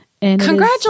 Congratulations